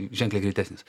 ženkliai greitesnis